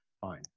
Fine